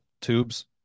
tubes